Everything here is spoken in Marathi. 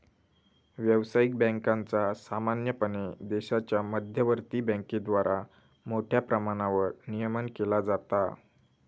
व्यावसायिक बँकांचा सामान्यपणे देशाच्या मध्यवर्ती बँकेद्वारा मोठ्या प्रमाणावर नियमन केला जाता